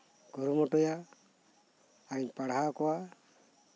ᱠᱩᱨᱩᱢᱩᱴᱩᱭᱟ ᱟᱨ ᱤᱧ ᱯᱟᱲᱦᱟᱣ ᱠᱚᱣᱟ